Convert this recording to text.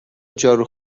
جارو